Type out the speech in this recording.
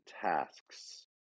tasks